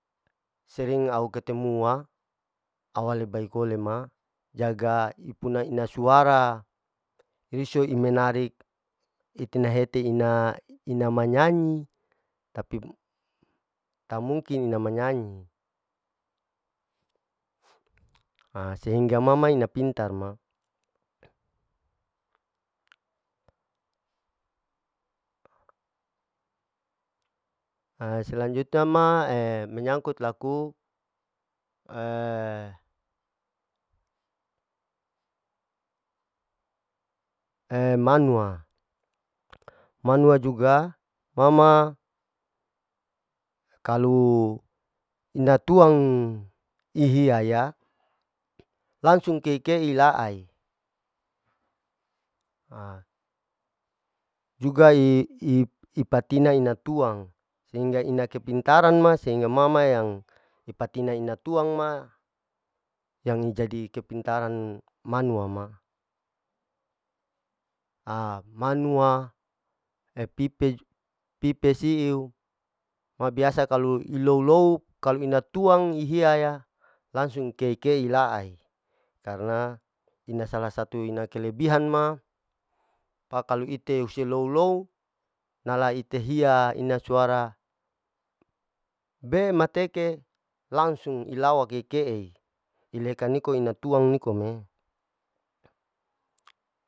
Sering au ketemu'a, au ale baikelo ma, jaga ipuna ina suara riso iminarik itena hete ina ina manyayi tapi, tak mungkin ina manyanyi, a sehingga ma ma ina pintar ma a selanjunya ma menyangkut laku, manwa, manwa juga ma ma kalu ina tuang ihiaya langsung kei-kei ila'ay, a juga i-i-ipatina ina tuang, sehingga ina kepintaran ma sehingga ma ma yang ipatina ina tuang ma, yang jadi kepintaran manuwa ma, manuwa ma e pipe pipe siu ma biasa kalu ilou lou kalu ina tuang ihiaya ya, langsung kei-kei ila'ai, karna ina salah satu ina kelebihan ma pa kalu ite use lou-lou nala ite hiya ina suara be mateke, langsung ilawa ke-kei, ileka niko ina tuang nikom'e.